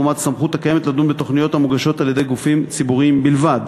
לעומת הסמכות הקיימת לדון בתוכניות המוגשות על-ידי גופים ציבוריים בלבד,